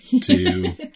two